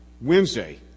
Wednesday